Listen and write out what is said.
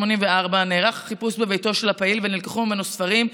נערך חיפוש בביתו של הפעיל ונלקחו ספרים,